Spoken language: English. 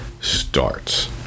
starts